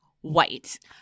white